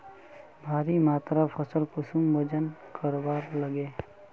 भारी मात्रा फसल कुंसम वजन करवार लगे?